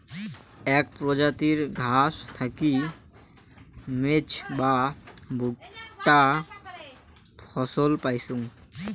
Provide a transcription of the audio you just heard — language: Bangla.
আক প্রজাতির ঘাস থাকি মেজ বা ভুট্টা ফছল পাইচুঙ